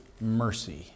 mercy